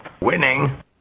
Winning